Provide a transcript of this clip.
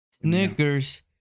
Snickers